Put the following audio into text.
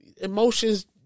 emotions